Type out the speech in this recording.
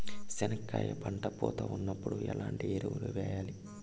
చెనక్కాయలు పంట పూత ఉన్నప్పుడు ఎట్లాంటి ఎరువులు వేయలి?